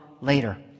later